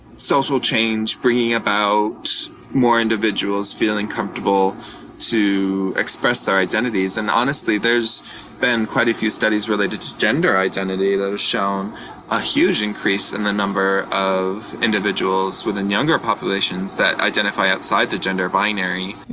social change, bringing about more individuals feeling comfortable to express their identities. and honestly, there's been quite a few studies related to gender identity that have shown a huge increase in the number of individuals within younger populations that identify outside the gender binary.